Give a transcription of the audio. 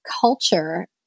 culture